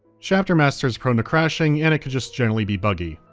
chapter master is prone to crashing and it can just generally be buggy.